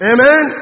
Amen